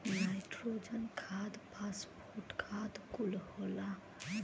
nitrogen खाद phosphate खाद कुल होला